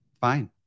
fine